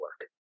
work